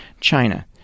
China